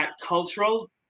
cultural